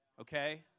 Okay